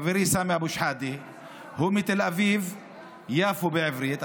חברי סמי אבו שחאדה הוא מתל אביב יפו בעברית,